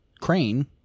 Crane